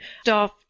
staff